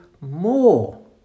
more